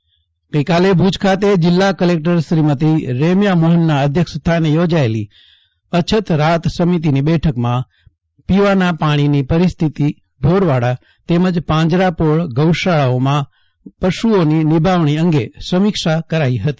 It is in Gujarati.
ભુજમાં અછત રાહત બેઠક ગઇ કાલે ભુજ ખાતે જિલ્લા કલેક્ટર શ્રીમતી રેમ્યા મોહનના અધ્યક્ષસ્થાને યોજાયેલી અછત રાહત સમિતિની બેઠકમાં પીવાના પાણીની પરિસ્થિતિ ઢોરવાડા તેમજ પાંજરાપીળ ગૌશાળાઓમાં પશુઓની નિભાવણી અંગે સમીક્ષા કરાઇ હતી